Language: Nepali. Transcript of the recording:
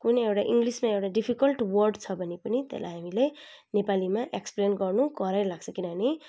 कुनै एउटा इङ्ग्लिसमा एउटा डिफिकल्ट वर्ड छ भने पनि त्यसलाई हामीले नेपालीमा एक्सप्लेन गर्नु करै लाग्छ किनभने